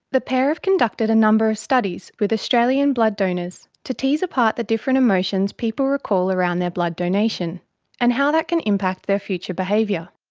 the pair have conducted a number of studies with australian blood donors, to tease apart the different emotions people recall around their blood donation and how that can impact their future behaviour.